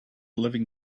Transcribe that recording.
living